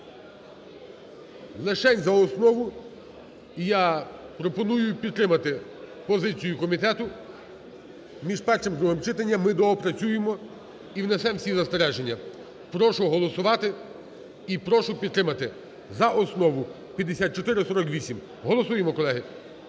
лишень за основу. І я пропоную підтримати позицію комітету: між першим і другим читанням ми доопрацюємо і внесемо всі застереження. Прошу голосувати і прошу підтримати за основу 5448. Голосуємо, колеги.